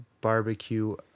barbecue